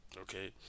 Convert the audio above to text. okay